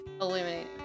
illuminating